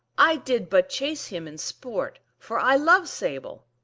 i did but chase him in sport, for i love sable.